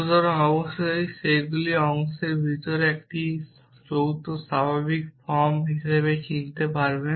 সুতরাং অবশ্যই সেগুলি অংশের ভিতরে আপনি একটি যৌথ স্বাভাবিক ফর্ম হিসাবে চিনতে পারবেন